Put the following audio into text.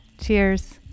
Cheers